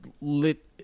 lit